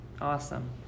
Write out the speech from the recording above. awesome